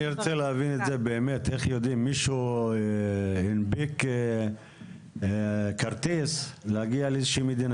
אם מישהו הנפיק כרטיס להגיע לאיזו שהיא מדינה,